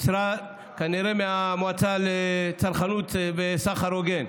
כנראה מהמועצה לצרכנות וסחר הוגן,